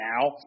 now